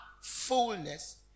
fullness